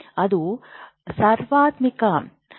ಅದು ಸಾರ್ವತ್ರಿಕ ಸಾಧನವಾಗಿದೆ